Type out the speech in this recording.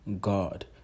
God